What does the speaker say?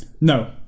no